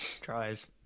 tries